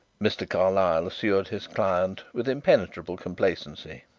mr. carlyle assured his client, with impenetrable complacency.